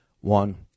one